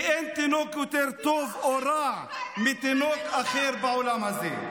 כי אין תינוק יותר טוב או רע מתינוק אחר בעולם הזה.